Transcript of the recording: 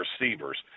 receivers